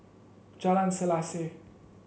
Jalan Selaseh